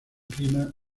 clima